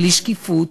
בלי שקיפות,